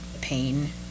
pain